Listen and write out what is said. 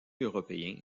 européen